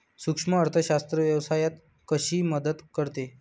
सूक्ष्म अर्थशास्त्र व्यवसायात कशी मदत करते?